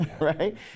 Right